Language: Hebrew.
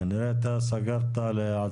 תכנית פיתוח לגן